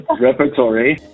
Repertory